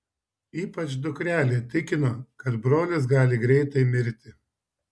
ypač dukrelė tikino kad brolis gali greitai mirti